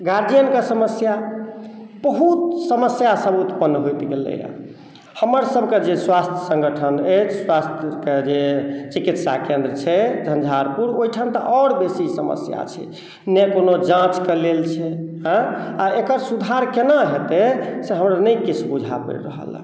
गार्जियनके समस्या बहुत समस्यासभ उत्पन्न होइत गेलैए हमरसभके जे स्वास्थ्य सङ्गठन अछि स्वास्थ्यके जे चिकित्सा केन्द्र छै झंझारपुर ओहिठाम तऽ आओर बेसी समस्या छै नहि कोनो जाँचके लेल छै हँ एकर सुधार केना हेतै से हमरा नहि किछु बुझा पड़ि रहलए